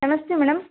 ನಮಸ್ತೆ ಮೇಡಮ್